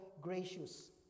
gracious